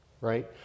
right